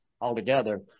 altogether